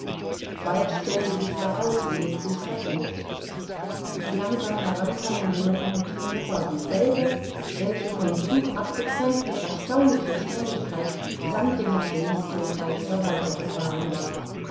bald stellte sich heraus wie es sich verhielt die langsam heran kommende locomotive war dieselbe welche vom zug abgetrennt mit erstaunlicher schnelligkeit sammt dem maschinisten und heizer weiter gefahren war